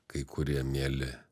kai kurie mieli